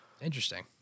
Interesting